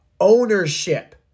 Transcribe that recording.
ownership